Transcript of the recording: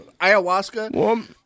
Ayahuasca